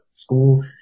School